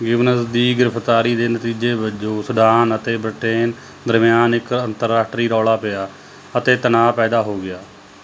Gibbons ਦੀ ਗ੍ਰਿਫਤਾਰੀ ਦੇ ਨਤੀਜੇ ਵਜੋਂ ਸੂਡਾਨ ਅਤੇ ਬ੍ਰਿਟੇਨ ਦਰਮਿਆਨ ਇੱਕ ਅੰਤਰਰਾਸ਼ਟਰੀ ਰੌਲਾ ਪਿਆ ਅਤੇ ਤਣਾਅ ਪੈਦਾ ਹੋ ਗਿਆ